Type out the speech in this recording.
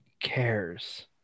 cares